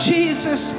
Jesus